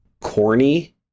corny